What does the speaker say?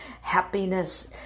happiness